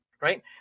Right